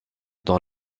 dans